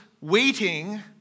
waiting